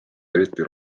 eriti